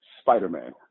Spider-Man